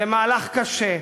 זה מהלך קשה,